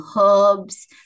herbs